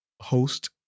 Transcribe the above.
host